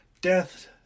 death